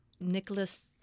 Nicholas